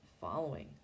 following